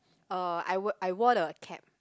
uh I wear I wear the cap